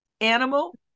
Animal